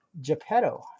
Geppetto